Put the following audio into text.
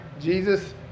Jesus